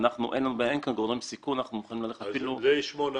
אין כאן גורם סיכון ואנחנו מוכנים ללכת --- עד שמונה